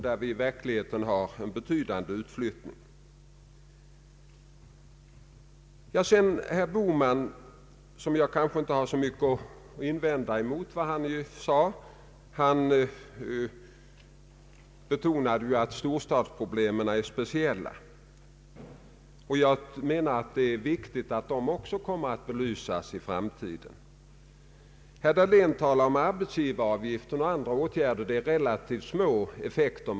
Där betonas att Sverige vid internationella jämförelser framstår som mycket gynnat i många avseenden. Vi har inte de problem som man har i ett flertal andra europeiska länder med en ständigt växande befolkning och en knapp yta för den befolkningstillväxten.